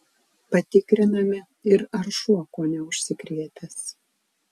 patikriname ir ar šuo kuo neužsikrėtęs